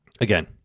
again